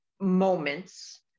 moments